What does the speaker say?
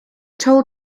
told